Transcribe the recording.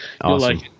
Awesome